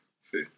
See